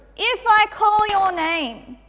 if i call your name,